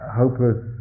hopeless